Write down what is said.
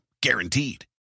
Guaranteed